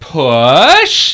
push